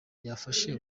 yafashe